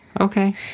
Okay